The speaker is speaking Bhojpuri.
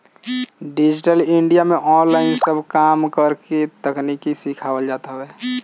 डिजिटल इंडिया में ऑनलाइन सब काम के करेके तकनीकी सिखावल जात हवे